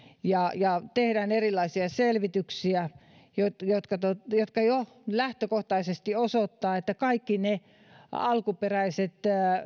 ja ja tehdään erilaisia selvityksiä jotka jo lähtökohtaisesti osoittavat että kaikki ne alkuperäiset